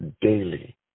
daily